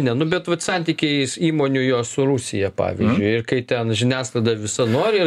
ne nu bet vat santykiai įmonių jo su rusija pavyzdžiui ir kai ten žiniasklaida visa nori